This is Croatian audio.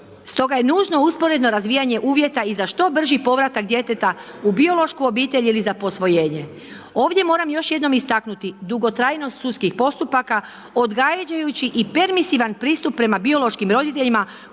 Stoga je nužno usporedno razvijanje uvjeta i za što brži povratak djeteta u biološku obitelj ili za posvojenje. Ovdje moram još jednom istaknuti, dugotrajnost sudskih postupaka, odgađajući i permisivan pristup prema biološkim roditeljima